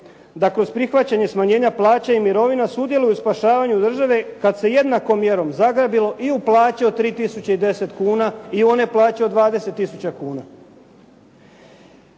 da kroz prihvaćanje smanjenja plaća i mirovine sudjeluju u spašavanju države kada se jednakom mjerom zagrabilo i u plaće od 3 tisuće i deset kuna i one plaće od 20 tisuća kuna.